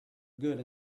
good